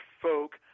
folk